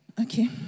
Okay